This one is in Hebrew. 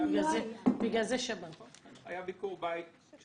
היה ביקור בית.